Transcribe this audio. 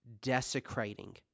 desecrating